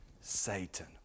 satan